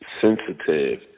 sensitive